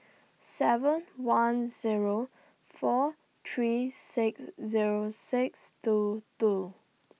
seven one Zero four three six Zero six two two